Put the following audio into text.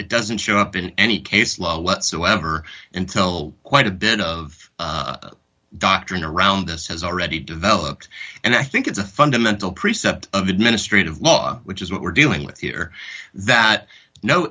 it doesn't show up in any case law whatsoever until quite a bit of doctrine around us has already developed and i think it's a fundamental precept of administrative law which is what we're dealing with here that no